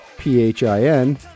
P-H-I-N